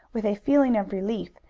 with a feeling of relief,